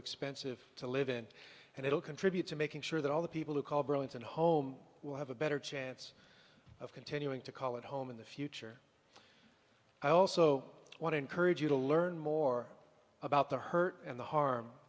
expensive to live in and it will contribute to making sure that all the people who call burlington home will have a better chance of continuing to call it home in the future i also want to encourage you to learn more about the hurt and the harm